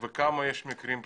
וכמה יש מקרים פתוחים.